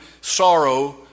sorrow